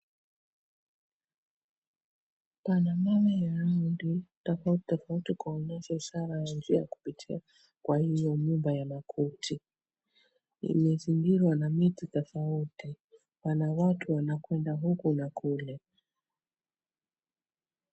Pana mawe ya rangi tofauti tofauti kuonyesha ishara ya njia kupitia kwa hio nyumba ya makuti. Imezingirwa na miti tofauti. Pana watu wanakwenda huku na kule.